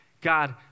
God